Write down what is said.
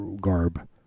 garb